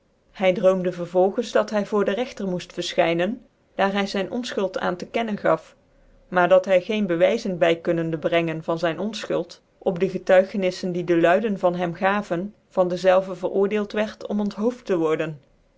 hy droomde vervolgens dat hy voor den ivcgtcr moeft vcrlchyncn daar hy zyn on aan tc kennen gaf maar dat hy geen bewyzen by kunnende brengen van zfti onlchult op de getuigenüich die dc luiden van hem gaven van den zclvcn veroordeelt wierd om onthoofd te worden